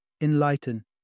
enlighten